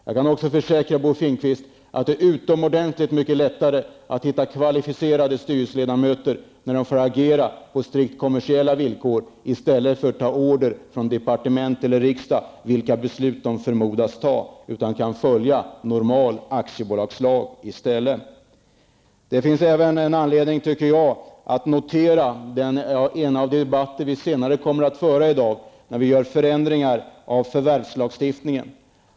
Jag kan vidare försäkra Bo Finnkvist om att det är utomordentligt mycket lättare att hitta kvalificerade ledamöter som får agera på strikt kommersiella villkor och på ett normalt sätt enligt aktiebolagslagen i stället för att ta order från departement eller riksdag om de beslut som skall fattas. Jag tycker även att det finns anledning att notera en av de debatter som vi kommer att föra senare i dag när vi skall göra förändringar i förvärvslagstiftningen.